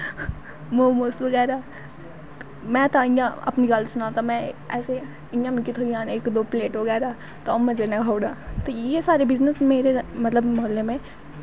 मोमोस बगैरा में तां इयां अपनी गल्ल सनां तां इयां मिगी थ्होई जान इक दो प्लेट बगैरा तां अऊं मज़ै नै खाई ओड़ां ते इयैं सारे बिजनस मेरे मतलव